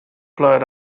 blood